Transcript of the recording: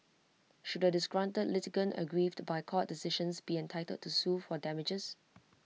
should A disgruntled litigant aggrieved by court decisions be entitled to sue for damages